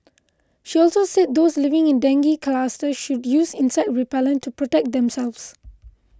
she also said those living in dengue clusters should use insect repellent to protect themselves